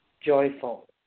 joyful